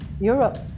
europe